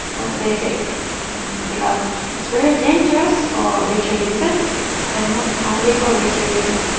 busy because it's very dangerous for wheelchair users and not only for wheelchair users,